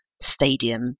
stadium